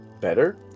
better